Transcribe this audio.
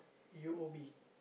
U_O_B